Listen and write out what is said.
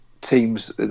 teams